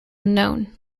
unknown